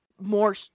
More